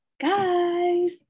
guys